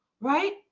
right